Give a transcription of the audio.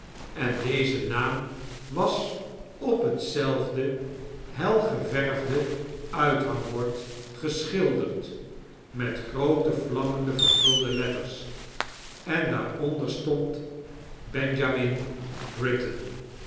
en deze naam was op hetzelfde helgeveirfde uithangbord gesiehilderd met groote vlammende vergulde letters en daaronder sitond benjamin